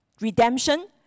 redemption